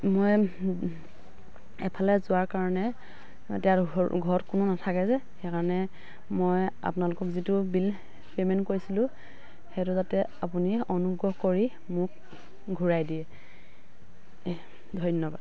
মই এফালে যোৱাৰ কাৰণে এতিয়া ঘৰ ঘৰত কোনো নাথাকে যে সেইকাৰণে মই আপোনালোকক যিটো বিল পে'মেণ্ট কৰিছিলোঁ সেইটো যাতে আপুনি অনুগ্ৰহ কৰি মোক ঘূৰাই দিয়ে ধন্যবাদ